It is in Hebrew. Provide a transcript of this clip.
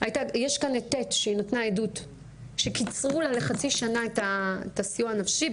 יש כאן את ט' שהיא נתנה עדות שקיצרו לה לחצי שנה את הסיוע הנפשי,